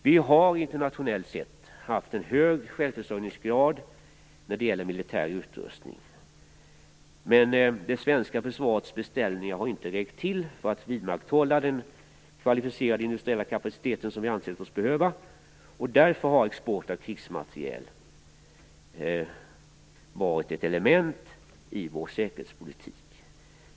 Vi har internationellt sett haft en hög självförsörjningsgrad när det gäller militär utrustning. Men det svenska försvarets beställningar har inte räckt till för att vidmakthålla den kvalificerade industriella kapacitet som vi har ansett oss behöva. Därför har export av krigsmateriel varit ett element i vår säkerhetspolitik.